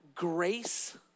grace